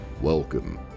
Welcome